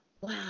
wow